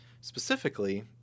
Specifically